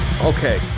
Okay